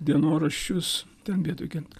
dienoraščius ten vietoj kente